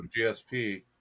GSP